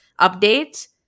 updates